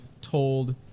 told